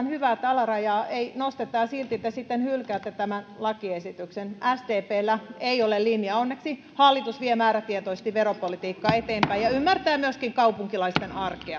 hyvä että alarajaa ei nosteta ja silti te sitten hylkäätte tämän lakiesityksen sdpllä ei ole linjaa onneksi hallitus vie määrätietoisesti veropolitiikkaa eteenpäin ja ymmärtää myöskin kaupunkilaisten